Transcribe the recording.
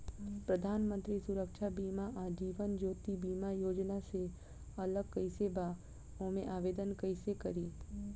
प्रधानमंत्री सुरक्षा बीमा आ जीवन ज्योति बीमा योजना से अलग कईसे बा ओमे आवदेन कईसे करी?